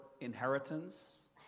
inheritance